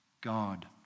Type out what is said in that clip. God